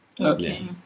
Okay